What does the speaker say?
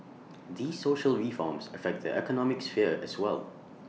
these social reforms affect the economic sphere as well